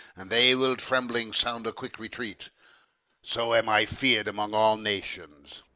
and they will, trembling, sound a quick retreat so am i fear'd among all nations.